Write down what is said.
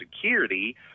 Security